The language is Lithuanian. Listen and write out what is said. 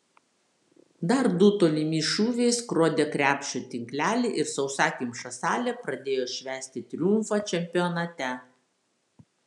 dar du tolimi šūviai skrodė krepšio tinklelį ir sausakimša salė pradėjo švęsti triumfą čempionate